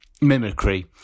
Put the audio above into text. mimicry